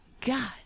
God